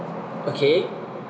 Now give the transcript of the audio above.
okay